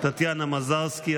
טטיאנה מזרסקי,